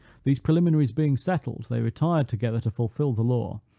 these preliminaries being settled, they retired together to fulfil the law,